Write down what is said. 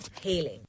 Hailing